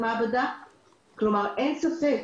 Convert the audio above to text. אין ספק,